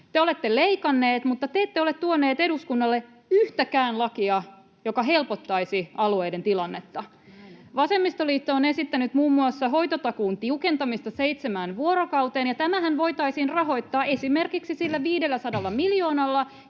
Te olette leikanneet, mutta te ette ole tuoneet eduskunnalle yhtäkään lakia, joka helpottaisi alueiden tilannetta. Vasemmistoliitto on esittänyt muun muassa hoitotakuun tiukentamista seitsemään vuorokauteen, ja tämähän voitaisiin rahoittaa esimerkiksi sillä 500 miljoonalla,